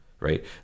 right